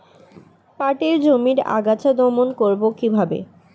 পাটের জমির আগাছা দমন করবো কিভাবে?